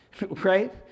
right